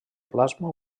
plasma